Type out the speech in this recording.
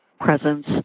presence